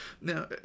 Now